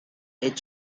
est